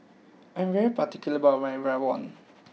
I am particular about my Rawon